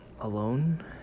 alone